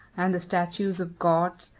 and the statues of gods,